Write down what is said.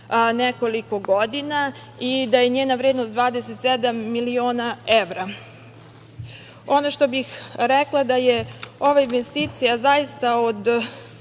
nekoliko godina i da je njena vrednost 27 miliona evra. Rekla bih da je ova investicija od